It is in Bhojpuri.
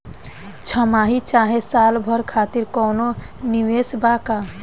छमाही चाहे साल भर खातिर कौनों निवेश बा का?